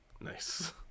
Nice